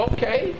Okay